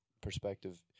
perspective